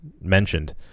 mentioned